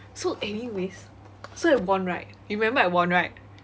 so anyways so I won right remember I won right